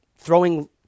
throwing